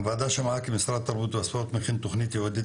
הוועדה שמעה כי משרד התרבות והספורט מכין תוכנית ייעודית